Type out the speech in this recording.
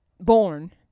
born